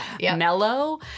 mellow